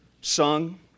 sung